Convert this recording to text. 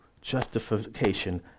justification